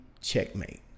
checkmate